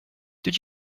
did